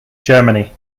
germany